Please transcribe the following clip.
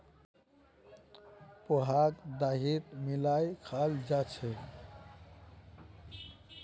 पोहाक दहीत मिलइ खाल जा छेक